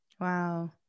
Wow